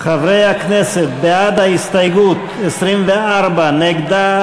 חברי הכנסת, בעד ההסתייגות, 24, נגד,